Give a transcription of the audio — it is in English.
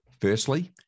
Firstly